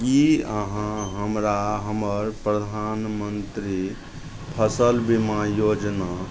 की अहाँ हमरा हमर प्रधानमन्त्री फसल बीमा योजना